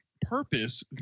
purpose